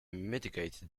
mitigate